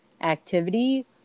activity